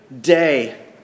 day